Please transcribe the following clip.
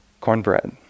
cornbread